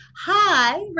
hi